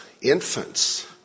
infants